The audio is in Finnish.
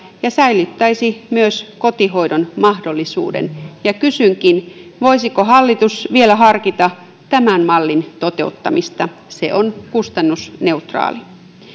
ja säilyttäisi myös kotihoidon mahdollisuuden ja kysynkin voisiko hallitus vielä harkita tämän mallin toteuttamista se on kustannusneutraali